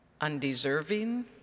undeserving